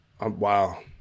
Wow